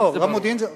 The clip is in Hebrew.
גם לי זה ברור.